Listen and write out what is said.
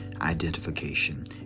identification